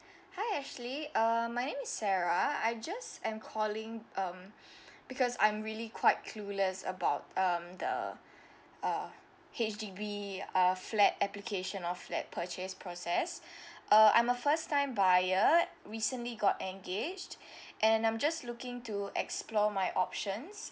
hi ashley uh my name is sarah I just I'm calling um because I'm really quite clueless about um the uh H_D_B uh flat application of like purchase process uh I'm a first time buyer recently got engaged and I'm just looking to explore my options